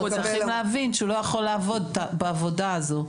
צריכים להבין שהוא לא יכול לעבוד בעבודה הזו.